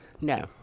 No